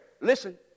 Listen